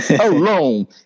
alone